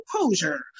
composure